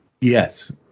Yes